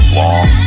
long